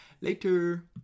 later